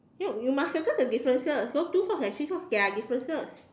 no you must circle the differences so two socks and three socks they are differences